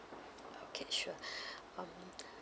okay sure um